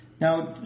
now